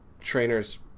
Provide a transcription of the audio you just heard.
trainer's